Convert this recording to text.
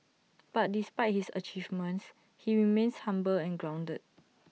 but despite his achievements he remains humble and grounded